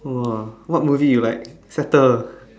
!wah! what movie you like shutter